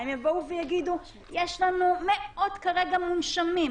הם יבואו ויגידו: יש לנו מאות מונשמים כרגע,